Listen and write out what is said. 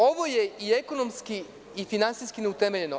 Ovo je i ekonomski i finansijski neutemeljeno.